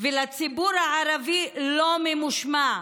ולציבור הערבי "לא ממושמע"